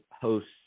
hosts